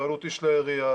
הבעלות היא של העירייה,